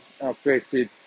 affected